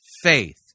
faith